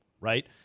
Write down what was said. right